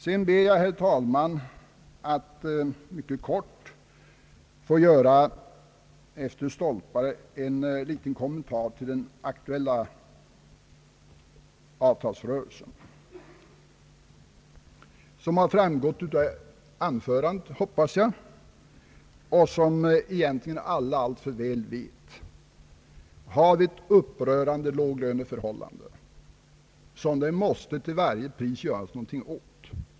Jag ber, herr talman, att få göra en kort kommentar till den aktuella avtalsrörelsen. Som framgått av anförandet — hoppas jag — och som egentligen alla väl vet, har vi ett upprörande låglöneförhållande, som vi till varje pris måste göra någonting åt.